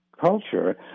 culture